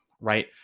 right